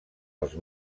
als